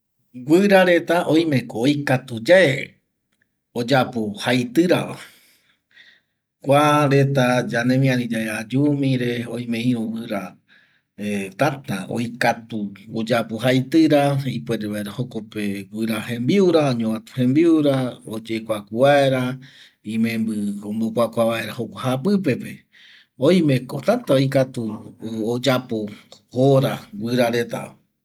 Guira reta oimeko oikatu yae oyapo jaitirava, kua reta ñanemiari yave ayumire, oime iru guira täta oikatu oyapo jaitira ipuere vaera jokope guira jeimbiura, oñovatu jeimbiura, oyekuaku vaera, imembi ombokuakua vaera jokua japipepe, oimeko täta oikatu oyapo jora guira retava